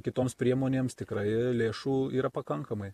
kitoms priemonėms tikrai lėšų yra pakankamai